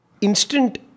instant